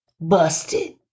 busted